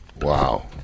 Wow